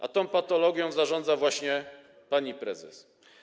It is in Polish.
A tą patologią zarządza właśnie pani prezes.